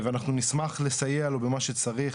ואנחנו נשמח לסייע לו במה שצריך